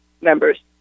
members